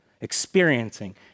Experiencing